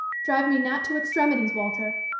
drive me not to extremities, walter.